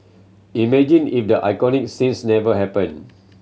imagine if the iconic scenes never happened